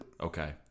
Okay